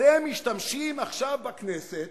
אתם משתמשים עכשיו בכנסת